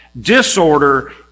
disorder